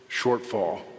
shortfall